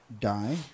die